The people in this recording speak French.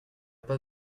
pas